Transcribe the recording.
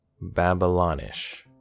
babylonish